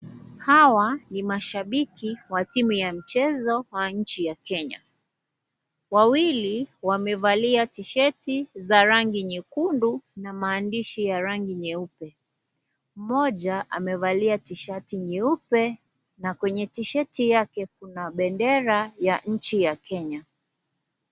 Hawa ni mashabiki wa timu ya mchezo wa nchi ya Kenya. Wawili wamevalia tisheti za rangi nyekundu na maandishi ya rangi nyeupe. Mmoja amevalia tisheti nyeupe. Na kwenye tisheti yake kuna bendera nchi ya Kenya.